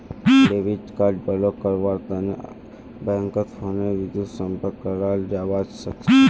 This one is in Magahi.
डेबिट कार्ड ब्लॉक करव्वार तने बैंकत फोनेर बितु संपर्क कराल जाबा सखछे